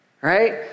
right